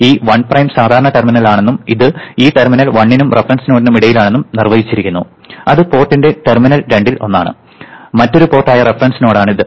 ഈ 1 പ്രൈം സാധാരണ ടെർമിനലാണെന്നും ഇത് ഈ ടെർമിനൽ 1 നും റഫറൻസ് നോഡിനും ഇടയിലാണെന്നും നിർവചിച്ചിരിക്കുന്നു അത് പോർട്ടിന്റെ ടെർമിനൽ 2 ൽ ഒന്നാണ് മറ്റൊരു പോർട്ട് ആയ റഫറൻസ് നോഡ് ആണ് ഇത്